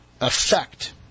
effect